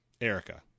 Erica